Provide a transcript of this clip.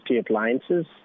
appliances